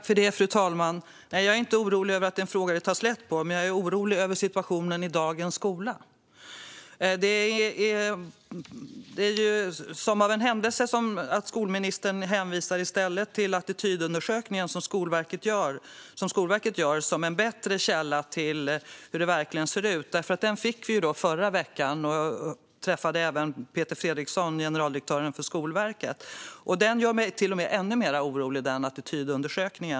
Fru talman! Jag är inte orolig över att det är en fråga som det tas lätt på. Men jag är orolig över situationen i dagens skola. Som av en händelse hänvisar skolministern till Skolverkets attitydundersökning som en bättre källa till hur det verkligen ser ut. Vi fick den förra veckan och träffade även Peter Fredriksson, generaldirektör för Skolverket. Denna attitydundersökning gör mig till och med ännu mer orolig.